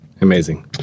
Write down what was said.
amazing